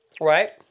right